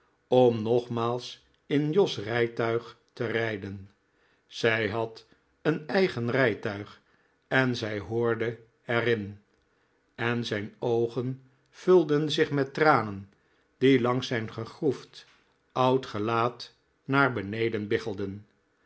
om nogmaals in jos rijtuig te rijden zij had een eigen rijtuig en zij hoorde er in en zijn oogen vulden zich met tranen die langs zijn gegroefd oud gelaat naar beneden